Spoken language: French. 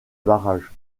barrage